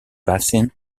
basin